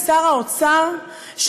לשר האוצר,